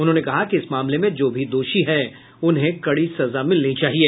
उन्होंने कहा कि इस मामले में जो भी दोषी हैं उन्हें कड़ी सजा मिलनी चाहिए